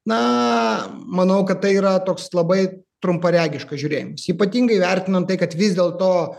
na manau kad tai yra toks labai trumparegiška žiūrėjimas ypatingai vertinant tai kad vis dėlto